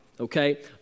Okay